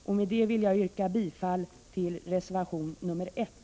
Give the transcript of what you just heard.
Med det anförda vill jag yrka bifall till reservation 1.